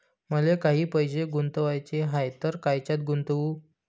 मले काही पैसे गुंतवाचे हाय तर कायच्यात गुंतवू?